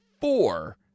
four